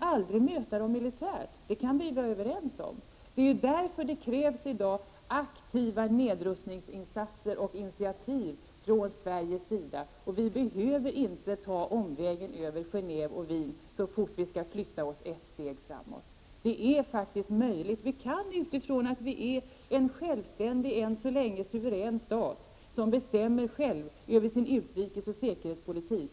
aldrig möta vapenarsenalerna militärt — det kan vi vara överens om. Men det är ju därför som det i dag krävs aktiva nedrustningsinsatser och initiativ från svensk sida. Vi behöver inte ta omvägen över Genéve och Wien så fort vi skall flytta oss ett steg framåt. Sverige är ju en självständig, en ännu så länge suverän, stat, och vi bestämmer själva över vår utrikesoch säkerhetspolitik.